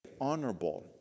honorable